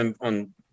on